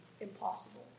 impossible